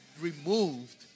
removed